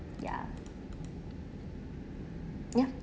ya ya